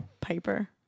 piper